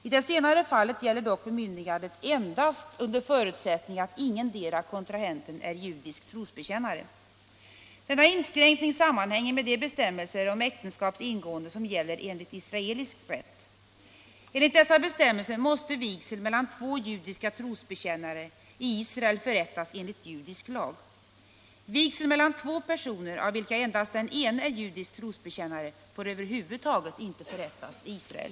I det senare fallet gäller dock bemyndigandet 'endast under förutsättning att ingendera kontrahenten är judisk trosbekännare. Denna inskränkning sammanhänger med de bestämmelser om äktenskaps ingående som gäller enligt israelisk rätt. Enligt dessa bestämmelser måste vigsel mellan två judiska trosbekännare i Israel förrättas enligt judisk lag. Vigsel mellan två personer, av vilka endast den ene är judisk trosbekännare, får över huvud taget inte förrättas i Israel.